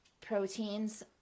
proteins